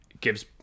gives